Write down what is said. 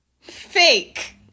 Fake